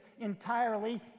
entirely